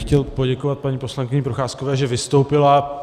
Chtěl bych poděkovat paní poslankyni Procházkové, že vystoupila.